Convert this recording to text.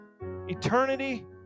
Eternity